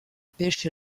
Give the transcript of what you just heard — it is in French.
pêche